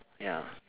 ya